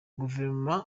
guverineri